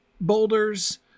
boulders